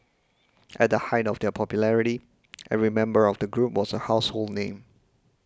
at the height of their popularity every member of the group was a household name